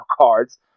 cards